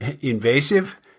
invasive